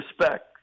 respect